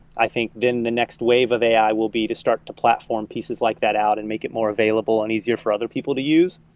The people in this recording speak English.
i think, then the next wave of a i. will be to start to platform pieces like that out and make it more available and easier for other people to use.